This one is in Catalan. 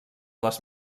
les